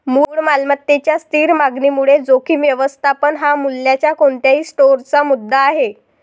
मूळ मालमत्तेच्या स्थिर मागणीमुळे जोखीम व्यवस्थापन हा मूल्याच्या कोणत्याही स्टोअरचा मुद्दा आहे